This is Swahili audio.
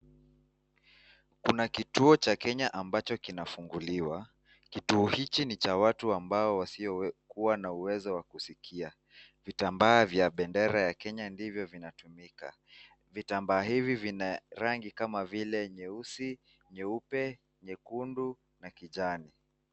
Kuna kituo cha Kenya ambacho kinafunguliwa. Kituo hichi ni cha watu ambao wasiokuwa na uwezo wa kusikia. Vitambaa vya bendera ya Kenya ndivyo vinatumika. Vitambaa hivi vina rangi kama vile nyeusi, nyeupe, nyekundu, na kijani.